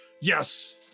Yes